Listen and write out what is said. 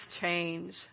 change